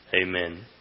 Amen